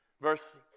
Verse